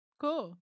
cool